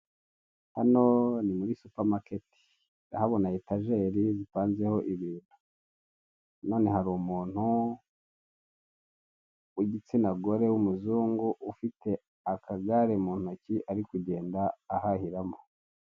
Hano ni muri supamaketi ndahabona etajeri zipanzeho ibi none hari umuntu w'igitsina gore w'umuzungu ufite akagare mu ntoki ari kugenda ahahiramo.